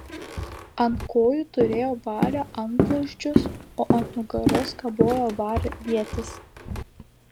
ant kojų turėjo vario antblauzdžius o ant nugaros kabojo vario ietis